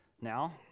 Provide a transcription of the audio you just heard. Now